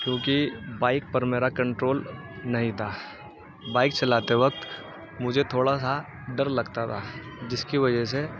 کیونکہ بائک پر میرا کنٹرول نہیں تھا بائک چلاتے وقت مجھے تھوڑا سا ڈر لگتا تھا جس کی وجہ سے